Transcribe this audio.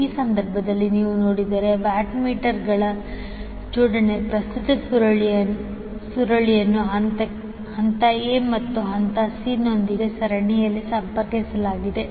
ಈ ಸಂದರ್ಭದಲ್ಲಿ ನೀವು ನೋಡಿದರೆ ವ್ಯಾಟ್ ಮೀಟರ್ಗಳ ಜೋಡಣೆ ಪ್ರಸ್ತುತ ಸುರುಳಿಯನ್ನು ಹಂತ a ಮತ್ತು ಹಂತ c ನೊಂದಿಗೆ ಸರಣಿಯಲ್ಲಿ ಸಂಪರ್ಕಿಸಲಾಗಿದೆ